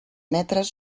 metres